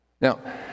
Now